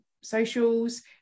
socials